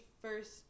first